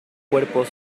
cuerpos